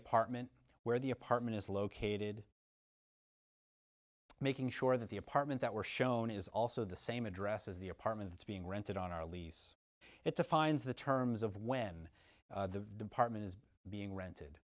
apartment where the apartment is located making sure that the apartment that were shown is also the same address as the apartment that's being rented on our lease it defines the terms of when the department is being rented